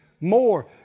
more